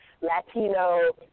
Latino